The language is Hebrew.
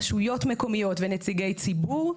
רשויות מקומיות ונציגי ציבור.